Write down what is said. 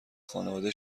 خانواده